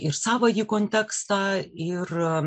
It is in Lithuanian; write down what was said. ir savąjį kontekstą ir